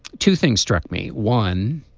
two things struck me one